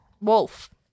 Wolf